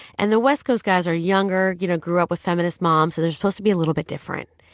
and the west coast guys are younger, you know grew up with feminist moms, and they're supposed to be a little bit different.